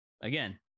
again